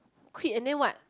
quit and then what